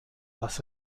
das